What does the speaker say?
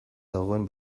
dagoen